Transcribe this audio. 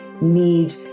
need